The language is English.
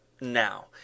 now